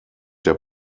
der